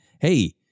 hey